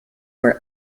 were